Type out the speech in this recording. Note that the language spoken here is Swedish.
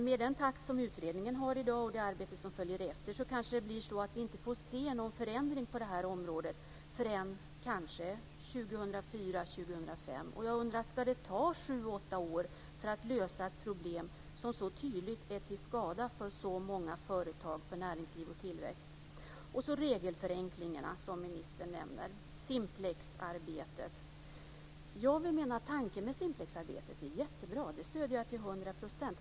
Med den takt som utredningen har i dag, och det arbete som följer efter, får vi kanske inte se någon förändring på det här området förrän - kanske - 2004-2005. Jag undrar: Ska det ta sju åtta år att lösa ett problem som så tydligt är till skada för så många företag, för näringsliv och tillväxt? Så har vi regelförenklingarna, som ministern nämner, Simplexarbetet. Jag vill mena att tanken med Simplexarbetet är jättebra. Det stöder jag till hundra procent.